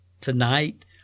tonight